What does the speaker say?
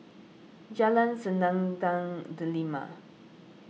Jalan Selendang Delima